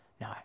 no